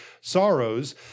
sorrows